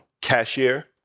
Cashier